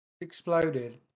Exploded